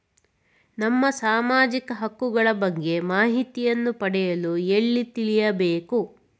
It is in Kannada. ನಮ್ಮ ಸಾಮಾಜಿಕ ಹಕ್ಕುಗಳ ಬಗ್ಗೆ ಮಾಹಿತಿಯನ್ನು ಪಡೆಯಲು ಎಲ್ಲಿ ತಿಳಿಯಬೇಕು?